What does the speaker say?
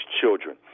children